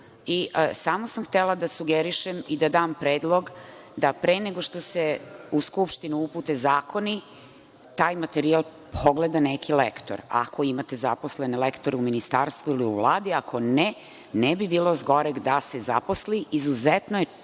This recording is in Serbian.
i samo sam htela da sugerišem i da dam predlog da pre nego što se u Skupštinu upute zakoni, taj materijal pogleda neki lektor, ako imate zaposlene lektore u Ministarstvu ili u Vladi, ako ne, ne bi bilo zgoreg da se zaposle. Izuzetno je